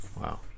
Wow